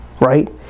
right